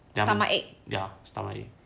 ya stomach ache